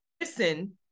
listen